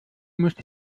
musst